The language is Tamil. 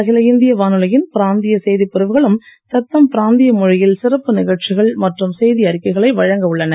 அகில இந்திய வானொலியின் பிராந்திய செய்திப்பிரிவுகளும் தத்தம் பிராந்திய மொழியில் சிறப்பு நிகழ்ச்சிகள் மற்றும் செய்தி அறிக்கைகளை வழங்க உள்ளன